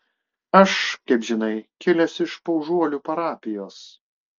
aš kaip žinai kilęs iš paužuolių parapijos